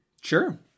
sure